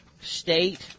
state